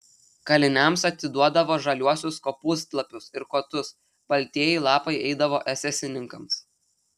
kaliniams atiduodavo žaliuosius kopūstlapius ir kotus baltieji lapai eidavo esesininkams